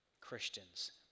Christians